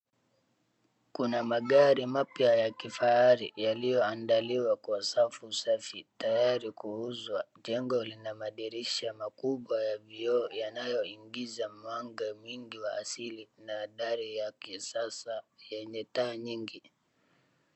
Kuna magari mapya ya kifahari yaliyoandaliwa kwa safu safi tayari kuuzwa. Jengo lina madirisha makubwa ya vioo yanayoingiza mwanga mwingi wa asili na dari ya kisasa yenye taa nyingi.